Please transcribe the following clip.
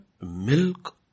milk